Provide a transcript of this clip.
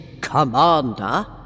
commander